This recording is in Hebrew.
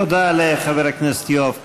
תודה לחבר הכנסת יואב קיש.